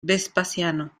vespasiano